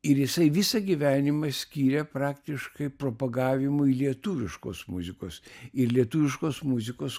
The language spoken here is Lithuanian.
ir jisai visą gyvenimą skyrė praktiškai propagavimui lietuviškos muzikos ir lietuviškos muzikos